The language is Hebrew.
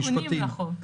תיקונים לחוק.